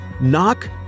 Knock